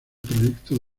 proyecto